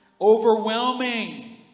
Overwhelming